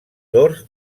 dors